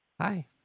hi